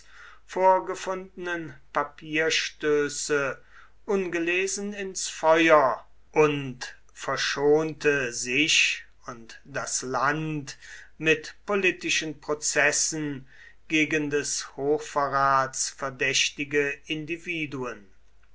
vorgefundenen papierstöße ungelesen ins feuer und verschonte sich und das land mit politischen prozessen gegen des hochverrats verdächtige individuen